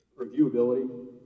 Reviewability